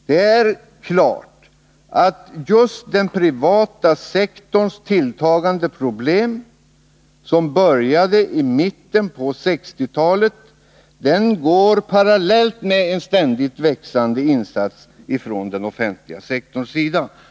Det är klart att den privata sektorns tilltagande problem, problem som började i mitten på 1960-talet, går parallellt med en ständigt växande insats från den offentliga sektorns sida.